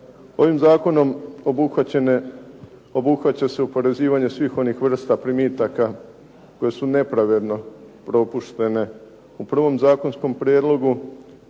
Ovim zakonom obuhvaća se oporezivanje svih onih vrsta primitaka koje su nepravedno propuštene u prvom zakonskom prijedlogu